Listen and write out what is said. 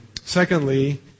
Secondly